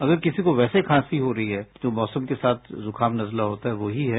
अगर किसी को वैसे खांसी हो रही है जो मौसम के साथ जुकाम नजला होता है वो ही है